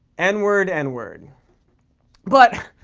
n-word, n-word but.